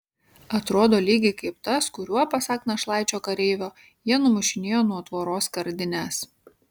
atrodo lygiai kaip tas kuriuo pasak našlaičio kareivio jie numušinėjo nuo tvoros skardines